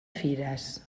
fires